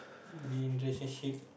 be in relationship